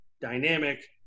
dynamic